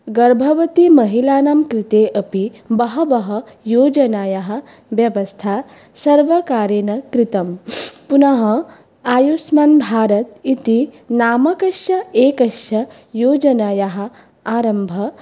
गर्भवतीमहिलानाङ्कृते अपि बहवः योजनायाः व्यवस्था सर्वकारेण कृतम् पुनः आयुष्मान्भारत् इति नामकस्य एकस्य योजनायाः आरम्भः